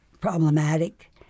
problematic